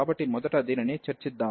కాబట్టి మొదట దీనిని చర్చిద్దాం